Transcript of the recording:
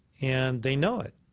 and they know it.